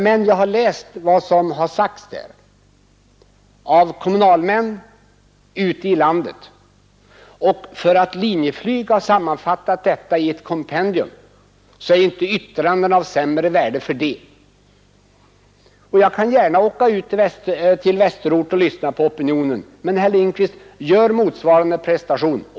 Men jag har läst vad som sades där av kommunalmän ute från landet. Om Linjeflyg sammanfattat detta i ett kompendium blir yttrandena inte sämre för det. Jag kan gärna åka ut till Västerort och lyssna till opinionen men, herr Lindkvist, gör motsvarande prestation!